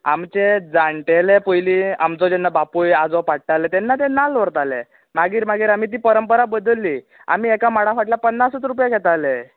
आमचे जाण्टेले पयलीं आमचो जेन्ना आजो बापूय पाडटाले तेन्ना ते नाल्ल व्हरताले मागीर मागीर आमी ती परंपरा बदल्ली आमी एका माडा फाटल्यान पन्नासूच रुपया घेताले